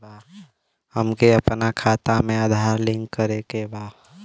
हमके अपना खाता में आधार लिंक करें के बा?